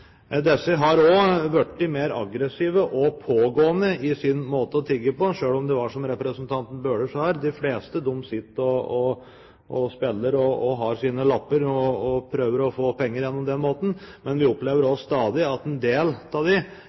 Disse har også blitt mer aggressive og pågående i sin måte å tigge på, selv om det er slik som representanten Bøhler sa, at de fleste sitter og spiller og har sine lapper og prøver å få penger på den måten. Men vi opplever også stadig at en del av